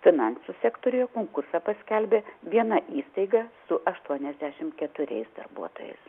finansų sektoriuje konkursą paskelbė viena įstaiga su aštuoniasdešim keturiais darbuotojais